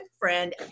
friend